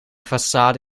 facade